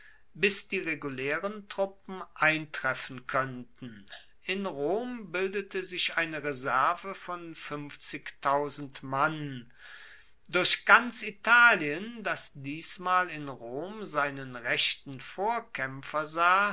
bis die regulaeren truppen eintreffen koennten in rom bildete sich eine reserve von mann durch ganz italien das diesmal in rom seinen rechten vorkaempfer sah